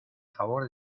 favor